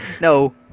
no